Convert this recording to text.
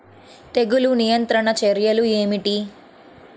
తెగులు నియంత్రణ చర్యలు ఏమిటి?